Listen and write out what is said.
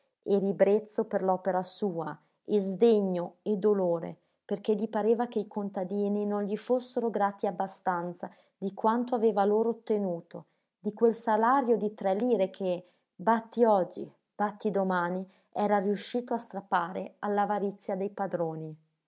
e ribrezzo per l'opera sua e sdegno e dolore perché gli pareva che i contadini non gli fossero grati abbastanza di quanto aveva loro ottenuto di quel salario di tre lire che batti oggi batti domani era riuscito a strappare all'avarizia dei padroni